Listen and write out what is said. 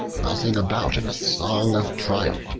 buzzing about in a song of triumph,